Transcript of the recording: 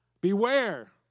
Beware